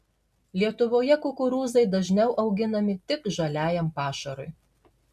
lietuvoje kukurūzai dažniau auginami tik žaliajam pašarui